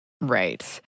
Right